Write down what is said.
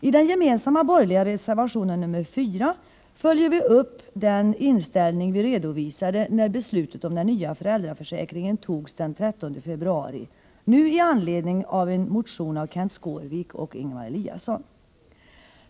I den gemensamma borgerliga reservationen nr 4 följer vi upp den inställning vi redovisade, när beslutet om den nya föräldraförsäkringen togs den 13 februari, nu i anledning av en motion av Kenth Skårvik och Ingemar Eliasson.